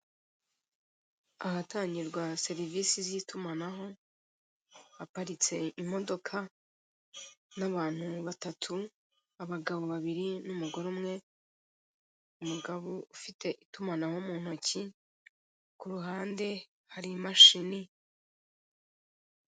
Ahatangirwa serivise z'itumanaho haparitse imodoka n'abantu batatu abagabo babiri n'umugore umwe, umugabo ufite itumanaho mu ntoki ku ruhande hari imashini.